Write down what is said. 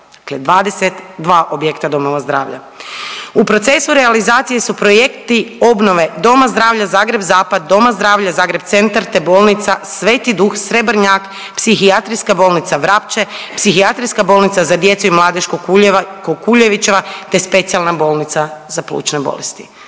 dakle 22 objekta domova zdravlja. U procesu realizacije su projekti obnove DZ Zagreb Zapad, DZ Zagreb Centar, te Bolnica Sv. Duh, Srebrnjak, Psihijatrijska bolnica Vrapče, Psihijatrijska bolnica za djecu i mladež Kukuljevićeva te Specijalna bolnica za plućne bolesti,